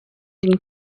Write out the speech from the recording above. den